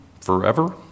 forever